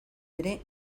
ere